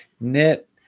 knit